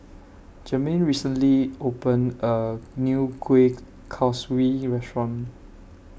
Germaine recently opened A New Kuih Kaswi Restaurant